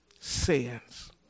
sins